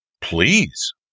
please